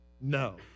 No